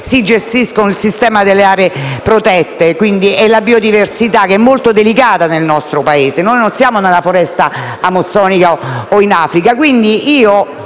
si gestiscono il sistema delle aree protette e la biodiversità, la quale è molto delicata nel nostro Paese. Noi non siamo nella foresta amazzonica o in Africa.